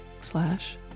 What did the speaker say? slash